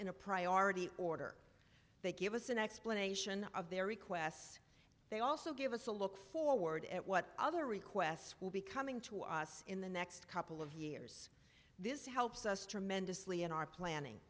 in a priority order they give us an explanation of their requests they also give us a look forward at what other requests will be coming to us in the next couple of years this helps us tremendously in our planning